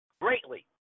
greatly